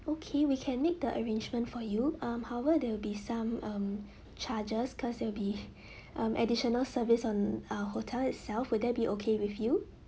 okay we can make the arrangement for you um however there will be some um charges cause they will be um additional service on uh hotel itself would that be okay with you